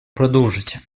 продолжить